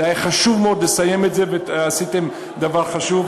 זה היה חשוב מאוד לסיים את זה, ועשיתם דבר חשוב.